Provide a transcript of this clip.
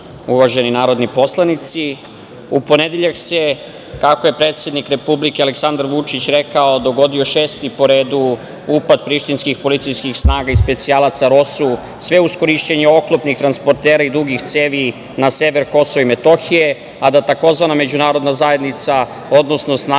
Kovač. Uvaženi narodni poslanici, u ponedeljak se, kako je predsednik Republike Aleksandar Vučić rekao, dogodio šesti po redu upad prištinskih policijskih snaga i specijalaca ROSU, sve uz korišćenje oklopnih transportera i dugih cevi na sever KiM, a da tzv. međunarodna zajednica, odnosno snage